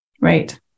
Right